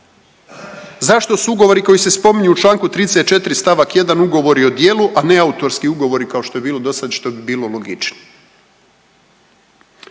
Zašto su ugovori koji se spominju u čl. 34 st. 1 ugovori o djelu, a ne autorski ugovori, kao što je bilo dosad, što bi bilo logičnije?